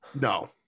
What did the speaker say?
No